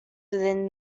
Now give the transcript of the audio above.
within